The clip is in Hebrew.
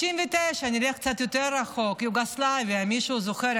1999, נלך קצת יותר רחוק, יוגוסלביה, מישהו זוכר?